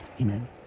Amen